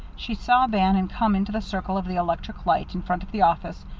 she saw bannon come into the circle of the electric light in front of the office,